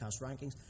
rankings